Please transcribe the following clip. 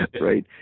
right